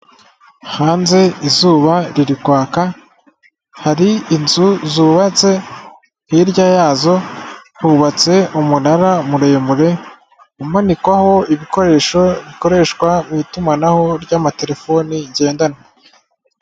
Hanze izuba riri kwaka hari inzu zubatse hirya yazo hubatse umunara muremure umanikwaho ibikoresho bikoreshwa mu itumanaho ry'amatelefoni ngendanwa.